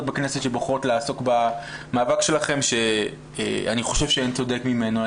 בכנסת שבוחרות לעסוק במאבק שלכם שאני חושב שאין צודק ממנו.